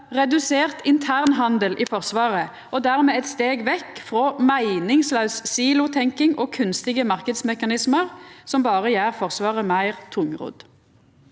redusert intern handel i Forsvaret, og dermed eit steg vekk frå meiningslaus silotenking og kunstige marknadsmekanismar, som berre gjer Forsvaret meir tungrodd